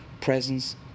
presence